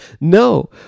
No